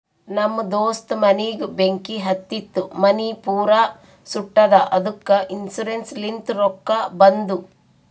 ನಮ್ ದೋಸ್ತ ಮನಿಗ್ ಬೆಂಕಿ ಹತ್ತಿತು ಮನಿ ಪೂರಾ ಸುಟ್ಟದ ಅದ್ದುಕ ಇನ್ಸೂರೆನ್ಸ್ ಲಿಂತ್ ರೊಕ್ಕಾ ಬಂದು